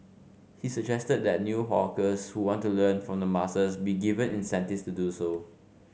he suggested that new hawkers who want to learn from the masters be given incentives to do so